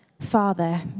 father